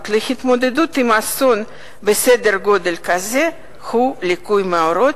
להתמודדות עם אסון בסדר גודל כזה הם ליקוי מאורות,